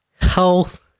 health